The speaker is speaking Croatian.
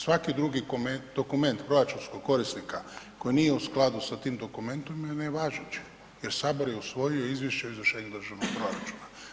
Svaki drugi dokument proračunskog korisnika koji nije u skladu s tim dokumentom, nije važeći jer Sabor je usvojio Izvješće o izvršenju državnog proračuna.